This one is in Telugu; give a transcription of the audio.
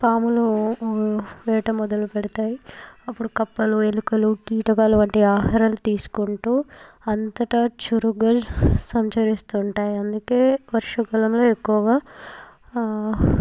పాములు వేట మొదలు పెడతాయి అప్పుడు కప్పలు ఎలుకలు కీటకాలు వంటి ఆహారాలు తీసుకుంటూ అంతటా చురుగ్గా సంచరిస్తు ఉంటాయి అందుకే వర్షా కాలంలో ఎక్కువగా